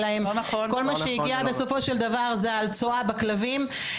כל מה שהגיע בסופו של דבר זה על צואה בכלובים.